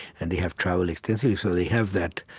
and they have travelled extensively. so they have that.